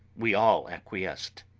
we all acquiesced,